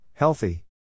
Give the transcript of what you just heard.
Healthy